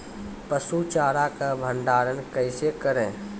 पसु चारा का भंडारण कैसे करें?